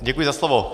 Děkuji za slovo.